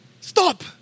Stop